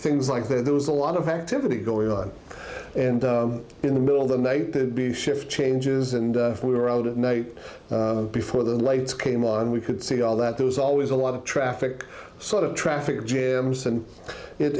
things like there was a lot of activity going on and in the middle of the night to be shift changes and if we were out at night before the lights came on we could see all that there was always a lot of traffic sort of traffic jams and it